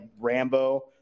rambo